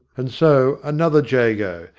and so another jago,